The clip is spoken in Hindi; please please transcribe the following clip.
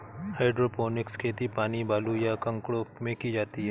हाइड्रोपोनिक्स खेती पानी, बालू, या कंकड़ों में की जाती है